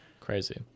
Crazy